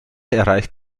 erreicht